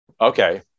okay